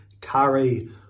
carry